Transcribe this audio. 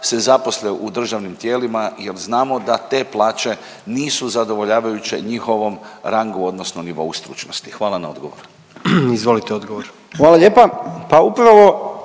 se zaposle u državnim tijelima jel znamo da te plaće nisu zadovoljavajuće njihovom rangu odnosno nivou stručnosti. Hvala na odgovoru. **Jandroković, Gordan